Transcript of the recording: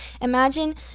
imagine